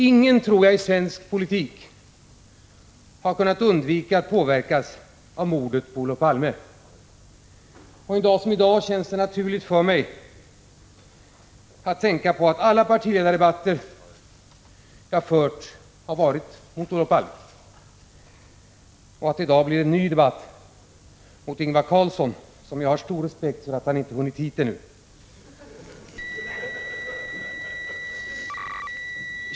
Jag tror ingen i svensk politik har kunnat undvika att påverkas av mordet på Olof Palme. En dag som i dag känns det naturligt för mig att tänka på att alla mina partiledardebatter har varit mot Olof Palme, och att det i dag blir en ny debatt, mot Ingvar Carlsson — och jag har stor förståelse för att han inte hunnit hit ännu.